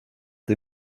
des